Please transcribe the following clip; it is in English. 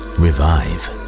revive